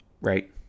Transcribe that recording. right